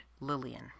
Lillian